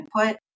input